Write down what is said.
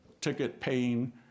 ticket-paying